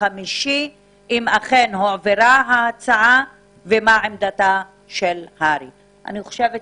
חמישי אם הועברה ההצעה ומה עמדת כל הצדדים.